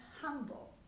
humble